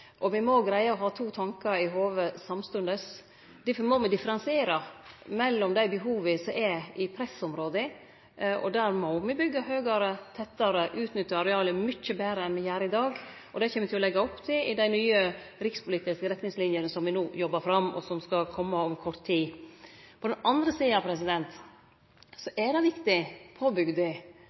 bu. Me må greie å ha to tankar i hovudet samstundes. Derfor må me differensiere mellom dei behova som er i pressområda, og der må me byggje høgare, tettare og utnytte arealet mykje betre enn det me gjer i dag. Det kjem me til å leggje opp til i dei nye rikspolitiske retningslinjene som me no har jobba fram, og som skal kome om kort tid. På den andre sida er det viktig